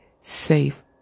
safe